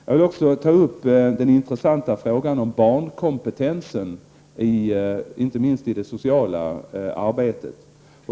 Jag vill också ta upp den intressanta frågan om barnkompetensen, inte minst i det sociala arbetet.